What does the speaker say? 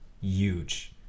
huge